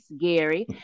Gary